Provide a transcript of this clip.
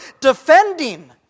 defending